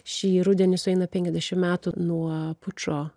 šį rudenį sueina penkiasdešimt metų nuo pučo